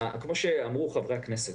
כפי שאמרו חברי הכנסת,